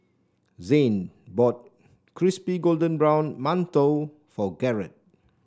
Zane bought Crispy Golden Brown Mantou for Garett